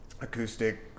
acoustic